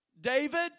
David